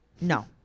No